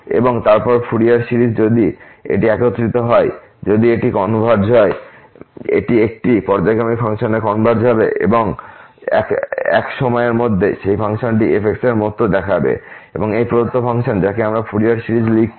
এবং তারপর Fourier series যদি এটি একত্রিত হয় যদি এটি কনভারজ হয় এটি একটি পর্যায়ক্রমিক ফাংশনে কনভারজ হবে এবং এক সময়ের মধ্যে সেই ফাংশনটি ঠিক f এর এই মতো দেখাবে এই প্রদত্ত ফাংশন যাকে আমরা ফুরিয়ার সিরিজ লিখেছি